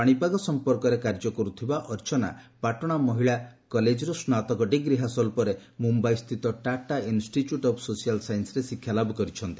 ପାଣିପାଗ ସଂପର୍କରେ କାର୍ଯ୍ୟ କରୁଥିବା ଅର୍ଚ୍ଚନା ପାଟଣା ମହିଳା କଲେଜରୁ ସ୍ନାତକ ଡିଗ୍ରୀ ହାସଲ ପରେ ମୁୟାଇସ୍ଥିତ ଟାଟା ଇନ୍ଷ୍ଟିଚ୍ୟୁଟ୍ ଅଫ୍ ସୋସିଆଲ୍ ସାଇନ୍ରେ ଶିକ୍ଷା ଲାଭ କରିଛନ୍ତି